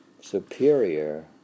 superior